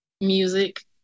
Music